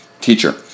teacher